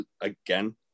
again